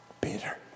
Peter